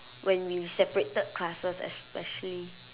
when we separated classes especially